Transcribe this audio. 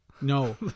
No